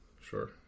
Sure